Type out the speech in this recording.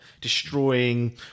destroying